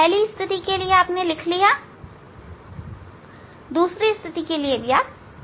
पहली स्थिति के लिए आपने लिख लिया है दूसरी स्थिति के लिए भी आपने लिख लिया है